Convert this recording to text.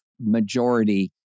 majority